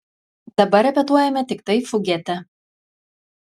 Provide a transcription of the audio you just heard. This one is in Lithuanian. dabar repetuojame tiktai fugetę